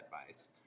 advice